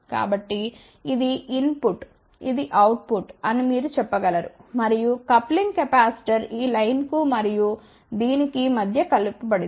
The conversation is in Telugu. కాబట్టి ఇది ఇన్ పుట్ ఇది అవుట్ పుట్ అని మీరు చెప్పగలరు మరియు కప్లింగ్ కెపాసిటర్ ఈ లైన్ కు మరియు దీనికి మధ్య కలుపబడింది